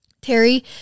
terry